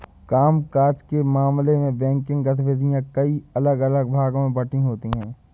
काम काज के मामले में बैंकिंग गतिविधियां कई अलग अलग भागों में बंटी होती हैं